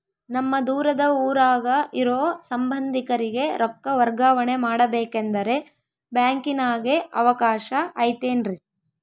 ನಮ್ಮ ದೂರದ ಊರಾಗ ಇರೋ ಸಂಬಂಧಿಕರಿಗೆ ರೊಕ್ಕ ವರ್ಗಾವಣೆ ಮಾಡಬೇಕೆಂದರೆ ಬ್ಯಾಂಕಿನಾಗೆ ಅವಕಾಶ ಐತೇನ್ರಿ?